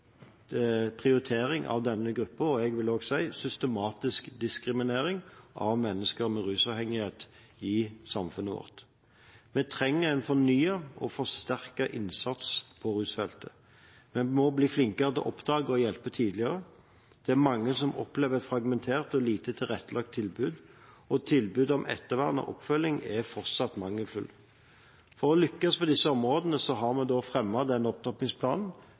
prioritering av denne gruppen, og – jeg vil også si – systematisk diskriminering av mennesker med rusavhengighet i samfunnet vårt. Vi trenger en fornyet og forsterket innsats på rusfeltet. Vi må bli flinkere til å oppdage og hjelpe tidligere. Det er mange som opplever et fragmentert og lite tilrettelagt tilbud, og tilbudet om ettervern og oppfølging er fortsatt mangelfullt. For å lykkes på disse områdene har vi fremmet denne opptrappingsplanen